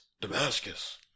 Damascus